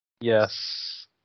Yes